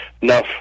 enough